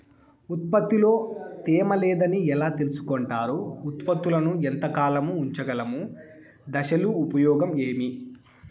ఉత్పత్తి లో తేమ లేదని ఎలా తెలుసుకొంటారు ఉత్పత్తులను ఎంత కాలము ఉంచగలము దశలు ఉపయోగం ఏమి?